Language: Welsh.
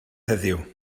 heddiw